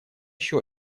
еще